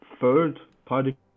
third-party